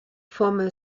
former